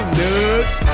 nuts